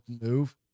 move